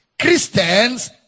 Christians